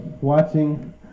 watching